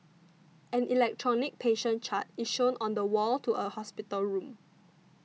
an electronic patient chart is shown on the wall to a hospital room